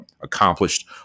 accomplished